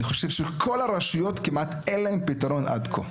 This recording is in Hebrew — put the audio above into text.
אני חושב שזו בעיה שכמעט כל הרשויות לא הצליחו לפתור אותה עד כה.